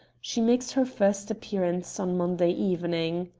she makes her first appearance on monday evening.